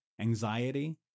anxiety